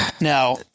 Now